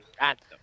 random